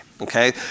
Okay